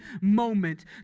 moment